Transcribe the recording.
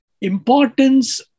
importance